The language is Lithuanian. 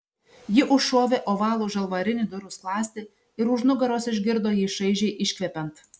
ji užšovė ovalų žalvarinį durų skląstį ir už nugaros išgirdo jį šaižiai iškvepiant